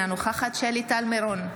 אינה נוכחת שלי טל מירון,